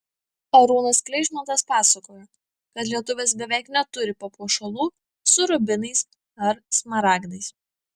arūnas kleišmantas pasakojo kad lietuvės beveik neturi papuošalų su rubinais ar smaragdais